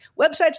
websites